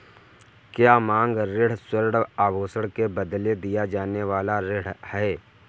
क्या मांग ऋण स्वर्ण आभूषण के बदले दिया जाने वाला ऋण है?